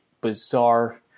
bizarre